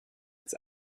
its